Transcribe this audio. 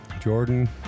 Jordan